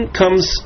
comes